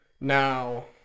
now